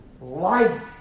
life